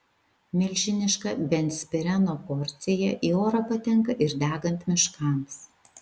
milžiniška benzpireno porcija į orą patenka ir degant miškams